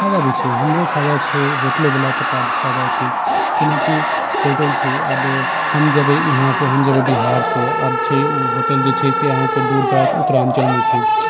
फायदा भी छै हमरो फायदा छै होटलो बालाके फायदा छै जेनाकि होटल छै आब हम जेबै इहाँ से हम जेबै बिहार से अब छै ओ होटल जे छै से अहाँकेँ दूर दराज उत्तराञ्चलमे छै